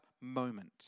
moment